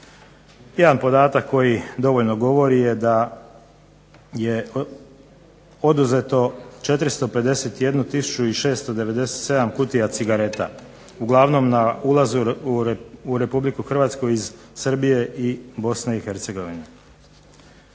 Jedan podatak koji dovoljno govori je da je oduzeto 451 tisuću i 697 kutija cigareta uglavnom na ulazu u RH iz Srbije i BiH.